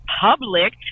public